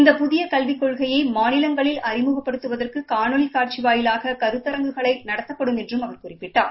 இந்த புதிய கல்விக் கொள்கையை மாநிலங்களில் அறிமுகப்படுத்துவதற்கு காணொலி காட்சி வாயிலாக கருத்தரங்குகளை நடத்தப்படும் என்று குறிப்பிட்டார்